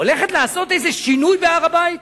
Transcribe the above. הולכת לעשות איזה שינוי בהר-הבית?